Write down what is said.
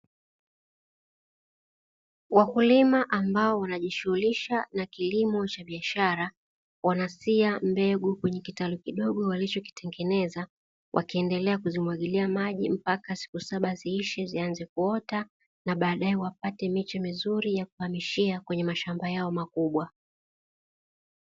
Wakulima ambao wanajishughulisha na kilimo cha biashara wanasia mbegu kwenye kitalu kidogo walichokitengeneza, wakiendelea kuzimwagilia maji mpaka siku saba ziishe zianze kuota na baadaye wapate miche mizuri ya kuhamishia kwenye mashamba yao makubwa.